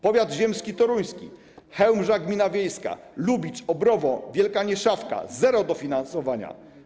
Powiat ziemski toruński: Chełmża gmina wiejska, Lubicz, Obrowo, Wielka Nieszawka - zero dofinansowania.